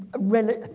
really